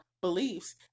beliefs